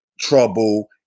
trouble